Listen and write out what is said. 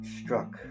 struck